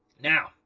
Now